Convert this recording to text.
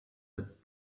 but